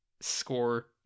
score